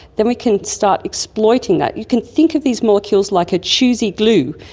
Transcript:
then we can start exploiting that. you can think of these molecules like a choosey glue.